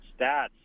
stats